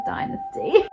Dynasty